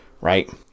right